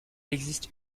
existe